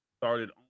started